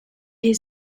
his